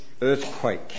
earthquake